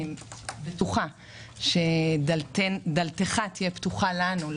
אני בטוחה שדלתך תהיה פתוחה לנו,